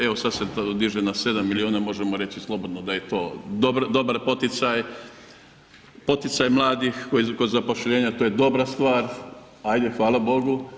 Evo sada se diže na 7 milijuna, možemo reći slobodno da je to dobar poticaj, poticaj mladih kod zapošljenja, to je dobra stvar ajde hvala Bogu.